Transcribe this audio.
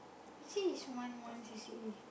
actually is one one you see